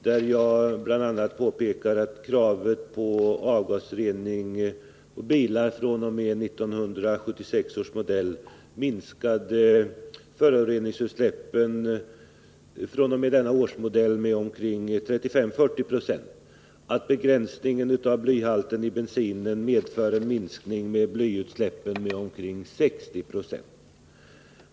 Jag påpekar där bl.a. att kravet på avgasrening i bilar fr.o.m. 1976 års modell minskade föroreningsutsläppen från dessa bilar med 35-40 90 och att begränsningen av blyhalten i bensin medfört en minskning av blyutsläppen med omkring 60 20.